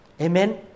Amen